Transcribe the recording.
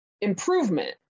improvement